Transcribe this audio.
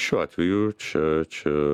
šiuo atveju čia čia